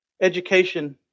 education